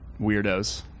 weirdos